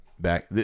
back